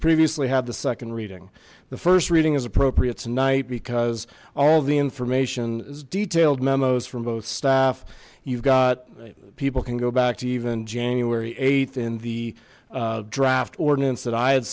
previously had the second reading the first reading is appropriate tonight because all the information is detailed memos from both staff you've got people can go back to even january th in the draft ordinance that i had